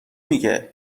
میگه